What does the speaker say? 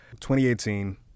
2018